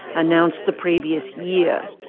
announced the previous year.